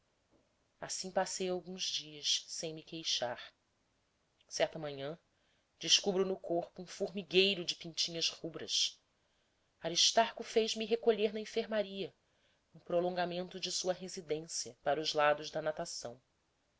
assim passei alguns dias sem me queixar certa manhã descubro no corpo um formigueiro de pintinhas rubras aristarco fez-me recolher na enfermaria um prolongamento de sua residência para os lados da natação